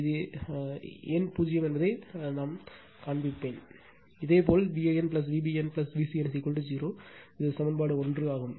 அது ஏன் 0 என்பதை நான் காண்பிப்பேன் இதேபோல் Van Vbn Vcn 0 இது சமன்பாடு 1 ஆகும்